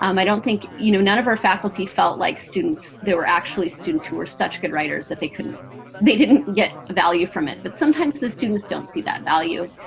um i don't think, you know, none of our faculty felt like students there were actually students who were such good writers that they couldn't they didn't get value from it. but sometimes the students don't see that value.